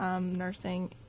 nursing